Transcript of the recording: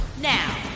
Now